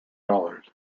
dollars